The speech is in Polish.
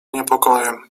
niepokojem